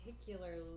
particularly